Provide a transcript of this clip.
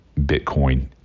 Bitcoin